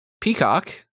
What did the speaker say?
Peacock